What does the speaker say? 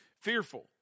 Fearful